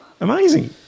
Amazing